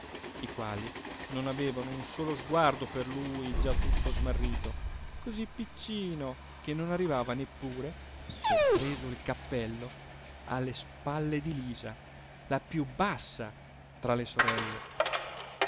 i quali non avevano un solo sguardo per lui già tutto smarrito cosí piccino che non arrivava neppure compreso il cappello a le spalle di lisa la piú bassa tra le sorelle